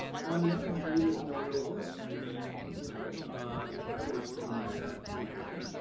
on the other hand, we live in the real world. i mean, you know if i were a screenwriter now,